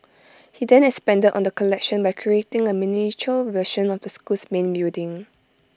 he then expanded on the collection by creating A miniature version of the school's main building